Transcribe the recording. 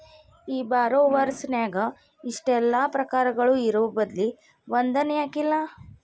ಈ ಬಾರೊವರ್ಸ್ ನ್ಯಾಗ ಇಷ್ಟೆಲಾ ಪ್ರಕಾರಗಳು ಇರೊಬದ್ಲಿ ಒಂದನ ಯಾಕಿಲ್ಲಾ?